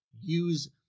use